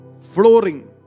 Flooring